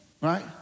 right